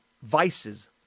vices